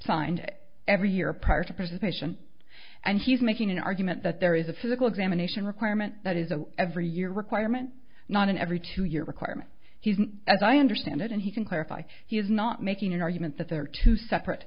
signed every year prior to presentation and he's making an argument that there is a physical examination requirement that is the every year requirement not every two year requirement he isn't as i understand it and he can clarify he is not making an argument that there are two separate